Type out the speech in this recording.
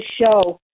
show